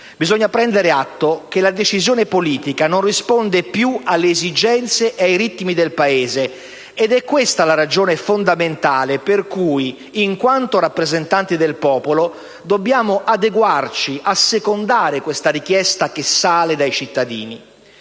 Bisogna prendere atto che la decisione politica non risponde più alle esigenze e ai ritmi del Paese ed è questa la ragione fondamentale per cui, in quanto rappresentanti del popolo, dobbiamo adeguarci e assecondare questa richiesta che sale dai cittadini.